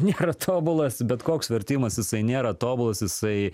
nėra tobulas bet koks vertimas jisai nėra tobulas jisai